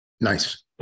nice